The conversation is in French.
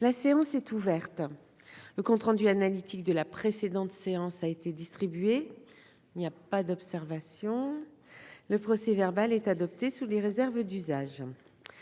La séance est ouverte, le compte rendu analytique de la précédente séance a été distribué, il n'y a pas d'observation, le procès verbal est adopté sous les réserves d'usage,